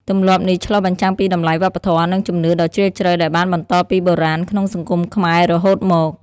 ទម្លាប់នេះឆ្លុះបញ្ចាំងពីតម្លៃវប្បធម៌ និងជំនឿដ៏ជ្រាលជ្រៅដែលបានបន្តពីបុរាណក្នុងសង្គមខ្មែររហូតមក។